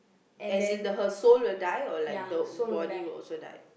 as in the her soul will die or like the body will also die